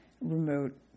remote